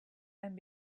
and